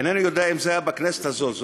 אינני יודע אם זה היה בכנסת הזאת,